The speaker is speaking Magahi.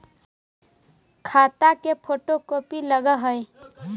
खाता के फोटो कोपी लगहै?